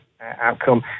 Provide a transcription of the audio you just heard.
outcome